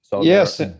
Yes